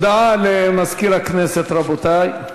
הודעה למזכיר הכנסת, רבותי.